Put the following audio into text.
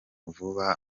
vuba